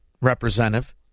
representative